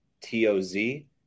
T-O-Z